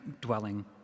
dwelling